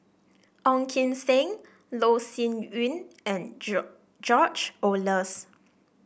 Ong Kim Seng Loh Sin Yun and George Oehlers